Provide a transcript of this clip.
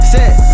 Set